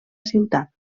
ciutat